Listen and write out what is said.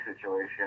situation